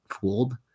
fooled